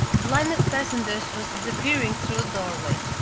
the line of passengers was disappearing through a doorway.